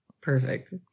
Perfect